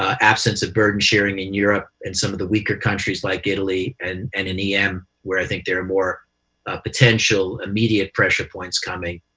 absence of burden-sharing in europe and some of the weaker countries like italy and and in em, where i think there are more potential immediate pressure points coming